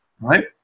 right